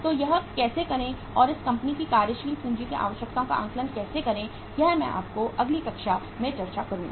तो यह कैसे करें और इस कंपनी की कार्यशील पूंजीकी आवश्यकताओं का आकलन कैसे करें यह मैं आपके साथ अगली कक्षा में चर्चा करूंगा